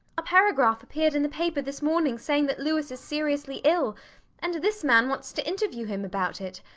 a paragraph appeared in the paper this morning saying that louis is seriously ill and this man wants to interview him about it.